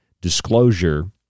disclosure